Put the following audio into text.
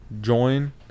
Join